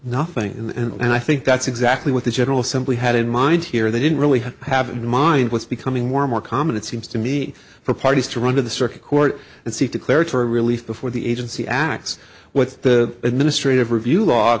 nothing and i think that's exactly what the general assembly had in mind here they didn't really have happen mind was becoming more and more common it seems to me for parties to run to the circuit court and seek declaratory relief before the agency acts with the administrative review l